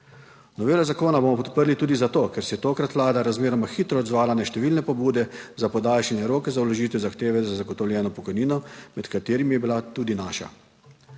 Novelo zakona bomo podprli tudi zato, ker se je tokrat Vlada razmeroma hitro odzvala na številne pobude za podaljšanje roka za vložitev zahteve za zagotovljeno pokojnino, med katerimi je bila tudi naša.